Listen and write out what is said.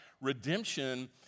Redemption